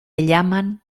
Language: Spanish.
llaman